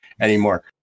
anymore